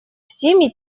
всеми